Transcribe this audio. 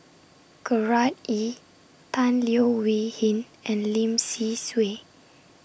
Gerard Ee Tan Leo Wee Hin and Lim Say Swee